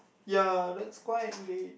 ya that's quite late